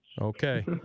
Okay